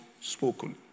spoken